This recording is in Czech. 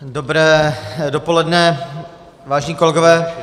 Dobré dopoledne, vážení kolegové.